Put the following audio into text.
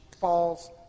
falls